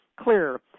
clear